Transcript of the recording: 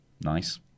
Nice